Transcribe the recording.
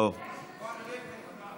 יושב-ראש יש עתיד,